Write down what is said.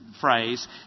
phrase